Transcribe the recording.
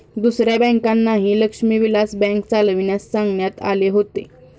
दुसऱ्या बँकांनाही लक्ष्मी विलास बँक चालविण्यास सांगण्यात आले होते